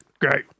Great